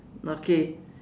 okay